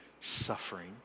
suffering